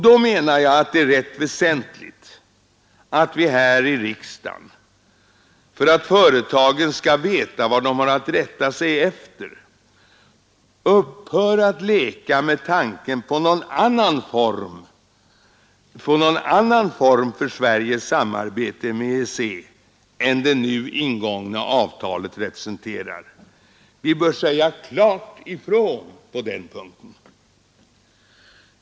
Då är det rätt väsentligt att vi här i riksdagen, för att företagen skall veta vad de har att rätta sig efter, upphör att leka med tanken på någon annan form för Sveriges samarbete med EEC än det nu ingångna avtalet representerar. Vi bör klart säga ifrån på den punkten.